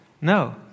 No